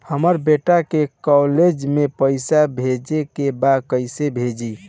हमर बेटा के कॉलेज में पैसा भेजे के बा कइसे भेजी?